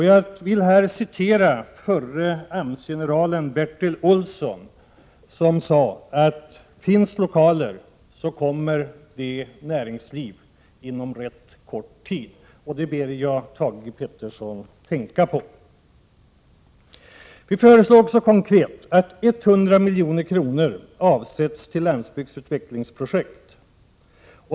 Jag vill här ta upp att förre AMS-generalen Bertil Olsson sade att om det finns lokaler så kommer de att fyllas av näringsliv inom rätt kort tid. Det ber jag Thage G Peterson att tänka på. Vi föreslår också konkret att 100 milj.kr. avsätts till landsbygdsutvecklingsprojekt.